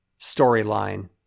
storyline